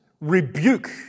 rebuke